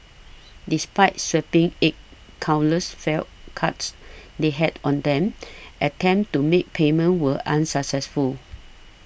despite swiping eight countless felt cards they had on them attempts to make payment were unsuccessful